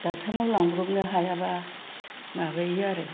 डाक्टारनाव लांब्रबनो हायाबा माबायो आरो